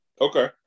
Okay